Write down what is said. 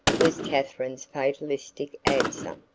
was katharine's fatalistic answer.